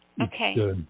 Okay